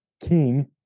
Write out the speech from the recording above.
king